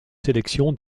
sélection